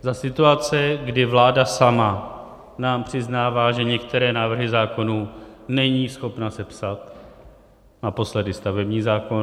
za situace, kdy vláda sama nám přiznává, že některé návrhy zákonů není schopna sepsat, naposledy stavební zákon.